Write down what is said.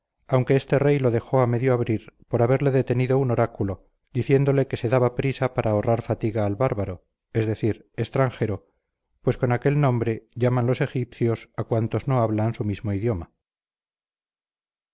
aunque este rey lo dejó a medio abrir por haberle detenido un oráculo diciéndole que se daba prisa para ahorrar fatiga al bárbaro es decir extranjero pues con aquel nombre llaman los egipcios a cuantos no hablan su mismo idioma